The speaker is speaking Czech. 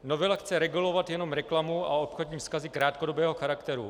Novela chce regulovat jenom reklamu a obchodní vzkazy krátkodobého charakteru.